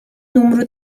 numru